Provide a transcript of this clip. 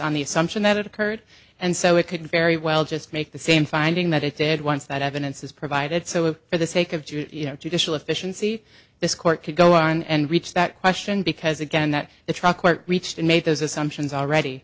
on the assumption that it occurred and so it could very well just make the same finding that it did once that evidence is provided so for the sake of judicial efficiency this court could go on and reach that question because again that the truck reached a